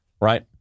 right